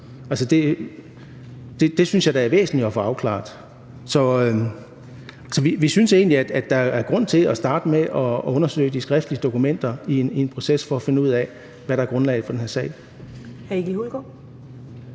Det synes jeg da er væsentligt at få afklaret. Så vi synes egentlig, at der er grund til at starte med at undersøge de skriftlige dokumenter i en proces for at finde ud af, hvad grundlaget er for den her sag.